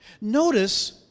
Notice